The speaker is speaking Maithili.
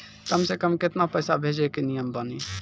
कम से कम केतना पैसा भेजै के नियम बानी?